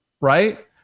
right